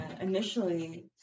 initially